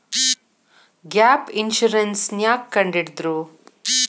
Gap insurance ನ್ಯಾಕ್ ಕಂಢಿಡ್ದ್ರು?